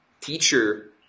teacher